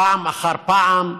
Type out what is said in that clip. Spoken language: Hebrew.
פעם אחר פעם,